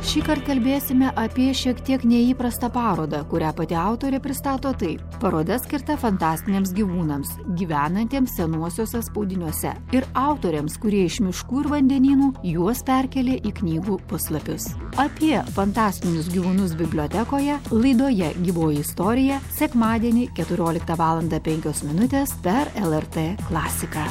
šįkart kalbėsime apie šiek tiek neįprastą parodą kurią pati autorė pristato taip paroda skirta fantastiniams gyvūnams gyvenantiems senuosiuose spaudiniuose ir autoriams kurie iš miškų ir vandenynų juos perkėlė į knygų puslapius apie fantastinius gyvūnus bibliotekoje laidoje gyvoji istorija sekmadienį keturioliktą valandą penkios minutės per lrt klasiką